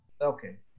okay